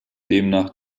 demnach